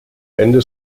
ende